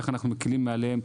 איך אנחנו מקלים עליהם,